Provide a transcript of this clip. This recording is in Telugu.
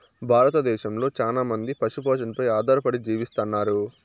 భారతదేశంలో చానా మంది పశు పోషణపై ఆధారపడి జీవిస్తన్నారు